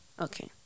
Okay